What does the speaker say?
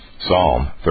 Psalm